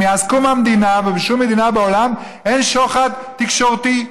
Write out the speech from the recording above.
מאז קום המדינה ובשום מדינה בעולם אין שוחד תקשורתי.